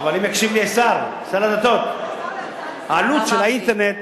אבל אם יקשיב לי שר הדתות, השר מרגי.